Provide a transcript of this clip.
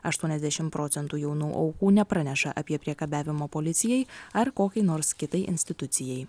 aštuoniasdešim procentų jaunų aukų nepraneša apie priekabiavimą policijai ar kokiai nors kitai institucijai